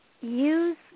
use